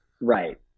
right